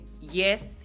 yes